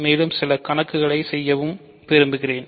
மேலும் சில கணக்குகளைச் செய்யவும் விரும்புகிறேன்